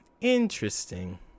Interesting